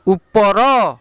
ଉପର